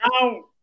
now –